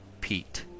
Pete